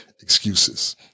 excuses